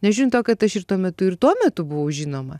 nežiūn to kad aš ir tuo metu ir tuo metu buvau žinoma